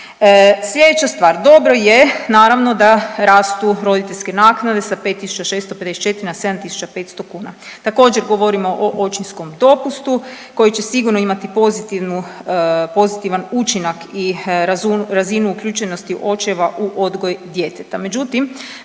Slijedeća stvar, dobro je naravno da rastu roditeljske naknade sa 5.654 na 7.500 kuna, također govorimo o očinskom dopustu koji će sigurno imati pozitivnu, pozitivan učinak i razinu uključenosti očeva u odgoj djeteta.